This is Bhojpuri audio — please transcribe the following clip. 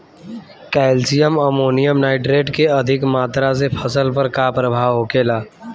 कैल्शियम अमोनियम नाइट्रेट के अधिक मात्रा से फसल पर का प्रभाव होखेला?